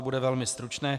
Bude to velmi stručné.